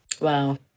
Wow